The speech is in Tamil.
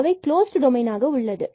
அவை கிளோஸ்ட் டொமைனாக உள்ளது